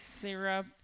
syrup